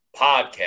podcast